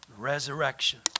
resurrection